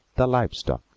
the live stock,